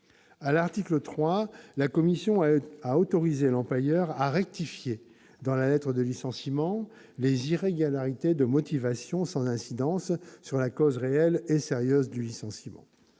À l'article 3, la commission a autorisé l'employeur à rectifier dans la lettre de licenciement les irrégularités de motivation sans incidence sur la cause réelle et sérieuse du licenciement.